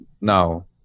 now